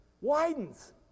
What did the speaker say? widens